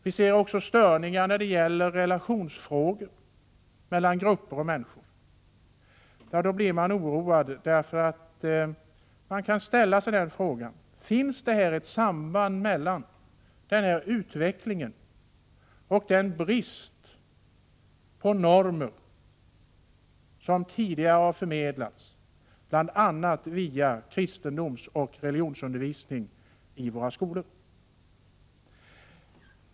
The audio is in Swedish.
Vi ser också störningar i relationerna mellan grupper av människor. Då blir man oroad. Man kan ställa sig frågan: Finns det här ett samband mellan denna utveckling och bristen på sådana normer som tidigare förmedlades bl.a. via kristendomsoch religionsundervisning i våra skolor?